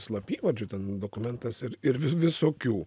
slapyvardžių ten dokumentas ir ir visokių